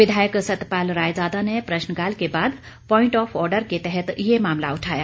विधायक सतपाल रायजादा ने प्रश्नकाल के बाद प्वाइंट ऑफ आर्डर के तहत ये मामला उठाया